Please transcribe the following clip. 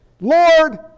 Lord